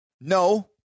No